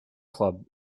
club